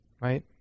right